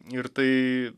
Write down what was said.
ir tai